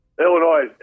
Illinois –